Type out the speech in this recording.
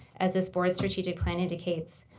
as this board strategic plan indicates,